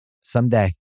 Someday